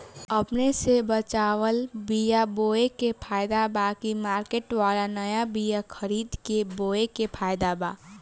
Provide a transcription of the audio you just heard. अपने से बचवाल बीया बोये मे फायदा बा की मार्केट वाला नया बीया खरीद के बोये मे फायदा बा?